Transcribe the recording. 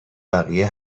بقیه